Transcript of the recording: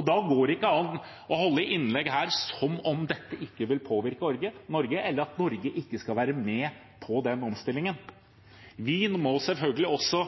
Da går det ikke an å holde innlegg her som om dette ikke vil påvirke Norge, eller at Norge ikke skal være med på den omstillingen. Vi må selvfølgelig også